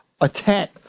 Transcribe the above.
attack